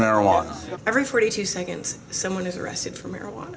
marijuana every forty two seconds someone is arrested for marijuana